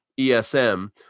ESM